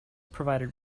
provided